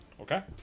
Okay